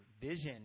vision